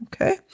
Okay